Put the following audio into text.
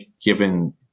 given